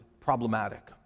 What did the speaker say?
problematic